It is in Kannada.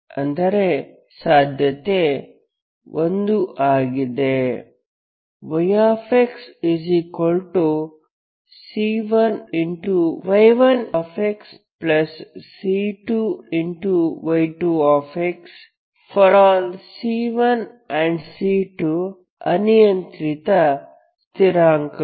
ಅಂದರೆ ಸಾಧ್ಯತೆ 1 ಆಗಿದೆ yxC1y1xC2y2x ∀ C1 C2 ಅನಿಯಂತ್ರಿತ ಸ್ಥಿರಾಂಕಗಳು